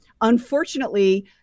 Unfortunately